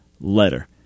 letter